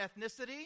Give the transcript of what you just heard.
ethnicity